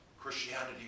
Christianity